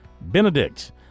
Benedict